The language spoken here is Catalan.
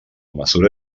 mesura